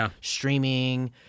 streaming